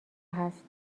هست